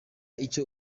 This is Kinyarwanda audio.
icyo